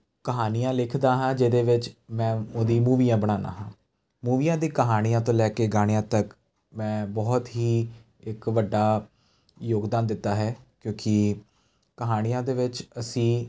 ਕਹਾਣੀਆਂ ਲਿਖਦਾ ਹਾਂ ਜਿਹਦੇ ਵਿੱਚ ਮੈਂ ਉਹਦੀ ਮੂਵੀਆਂ ਬਣਾਉਂਦਾ ਹਾਂ ਮੂਵੀਆਂ ਦੀ ਕਹਾਣੀਆਂ ਤੋਂ ਲੈ ਕੇ ਗਾਣਿਆਂ ਤੱਕ ਮੈਂ ਬਹੁਤ ਹੀ ਇੱਕ ਵੱਡਾ ਯੋਗਦਾਨ ਦਿੱਤਾ ਹੈ ਕਿਉਂਕਿ ਕਹਾਣੀਆਂ ਦੇ ਵਿੱਚ ਅਸੀਂ